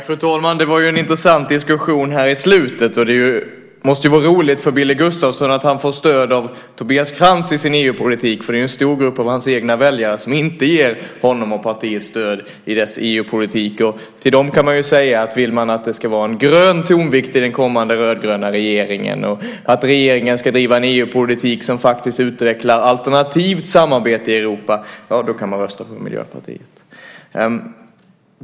Fru talman! Det var en intressant diskussion på slutet. Det måste vara roligt för Billy Gustafsson att få stöd av Tobias Krantz för sin EU-politik. Det är ju en stor grupp av hans egna väljare som inte ger honom och partiet stöd i EU-politiken. Till dem kan man säga att om man vill att det ska vara en grön tonvikt i den kommande rödgröna regeringen och om man vill att regeringen ska driva en EU-politik som utvecklar ett alternativt samarbete i Europa kan man rösta på Miljöpartiet.